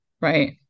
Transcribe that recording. right